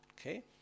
Okay